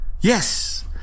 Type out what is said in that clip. Yes